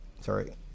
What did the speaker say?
sorry